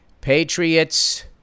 Patriots